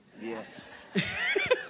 Yes